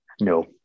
no